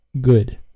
Good